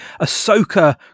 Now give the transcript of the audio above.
Ahsoka